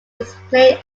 displayed